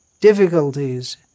difficulties